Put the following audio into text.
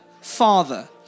Father